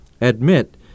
admit